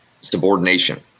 subordination